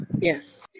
Yes